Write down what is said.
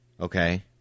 Okay